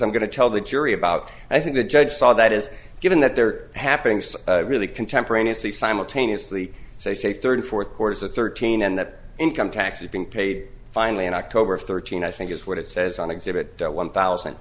i'm going to tell the jury about i think the judge saw that is given that they're happening really contemporaneously simultaneously so i say third and fourth quarters of thirteen and that income taxes being paid finally on october thirteenth i think is what it says on exhibit one thousand